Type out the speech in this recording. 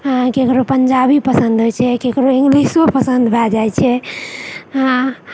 केकरो पञ्जाबी पसन्द होइत छै केकरो इङ्गलिशो पसन्द भए जाइत छै हँ